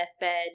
deathbed